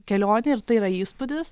kelionė ir tai yra įspūdis